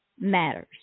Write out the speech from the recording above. Matters